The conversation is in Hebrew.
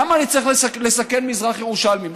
למה אני צריך לסכן מזרח ירושלמים?